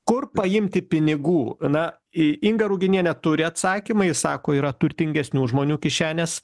kur paimti pinigų na i inga ruginienė turi atsakymą ji sako yra turtingesnių žmonių kišenės